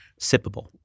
Sippable